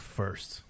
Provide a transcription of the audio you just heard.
first